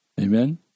Amen